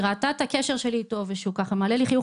היא ראתה את הקשר שלי איתו ושהוא ככה מעלה לי חיוך